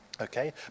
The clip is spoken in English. Okay